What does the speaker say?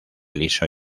liso